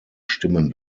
stimmen